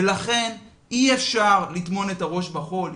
לכן, אי-אפשר לטמון את הראש בחול.